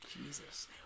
Jesus